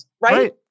right